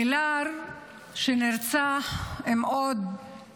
מילאד נרצח עם עוד